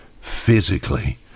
physically